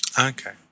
Okay